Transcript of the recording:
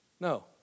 No